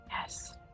Yes